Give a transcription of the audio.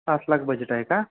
पाच लाख बजेट आहे का